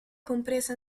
compresa